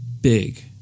big